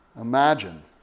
Imagine